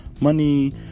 money